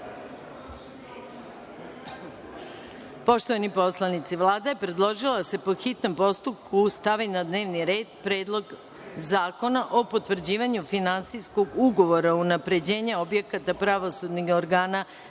rasprave. Poštovani poslanici, Vlada je predložila da se, po hitnom postupku, stavi na dnevni red Predlog zakona o potvrđivanju finansijskog ugovora „Unapređenje objekata pravosudnih organa